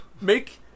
Make